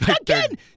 Again